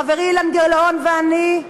חברי אילן גילאון ואני,